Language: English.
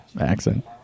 accent